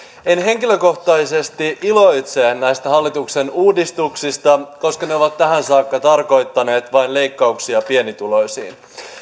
en henkilökohtaisesti iloitse näistä hallituksen uudistuksista koska ne ovat tähän saakka tarkoittaneet vain leikkauksia pienituloisilta